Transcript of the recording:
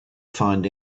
find